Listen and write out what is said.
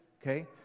Okay